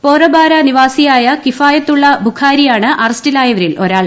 പോറബാര നിവാസിയായ കിഫായത്തുള്ള ബുഖാറിയാണ് അറസ്റ്റിലാവരിൽ ഒരാൾ